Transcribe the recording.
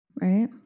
Right